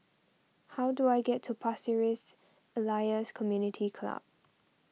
how do I get to Pasir Ris Elias Community Club